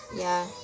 ya